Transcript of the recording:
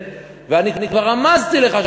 לא אכפת לך להיות בגן-עדן,